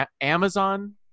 Amazon